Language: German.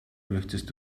möchtest